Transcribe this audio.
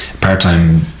part-time